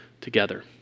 together